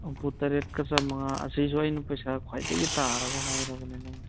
ꯍꯨꯝꯐꯨ ꯇꯔꯦꯠꯀ ꯆꯥꯝꯃꯉꯥ ꯑꯁꯤꯁꯨ ꯑꯩꯅ ꯄꯩꯁꯥ ꯈ꯭ꯋꯥꯏꯗꯒꯤ ꯇꯥꯔꯒ ꯍꯥꯏꯔꯕꯅꯦ ꯅꯪꯒꯤ